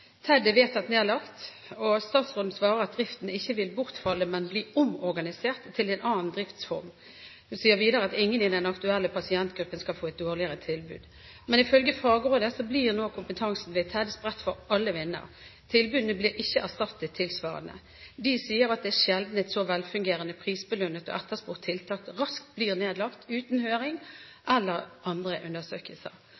vedtatt nedlagt, og statsråden svarer at driften ikke vil bortfalle, men bli omorganisert til en annen driftsform. Hun sier videre at ingen i den aktuelle pasientgruppen skal få et dårligere tilbud. Men ifølge Fagrådet blir nå kompetansen ved TEDD spredt for alle vinder. Tilbudene blir ikke erstattet tilsvarende. De sier at det er sjelden at et så velfungerende, prisbelønt og etterspurt tiltak raskt blir nedlagt, uten